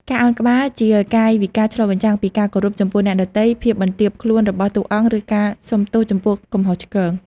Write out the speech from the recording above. ការឱនក្បាល ជាកាយវិការឆ្លុះបញ្ចាំងពីការគោរពចំពោះអ្នកដទៃ ភាពបន្ទាបខ្លួនរបស់តួអង្គ ឬការសុំទោសចំពោះកំហុសឆ្គង។